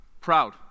Proud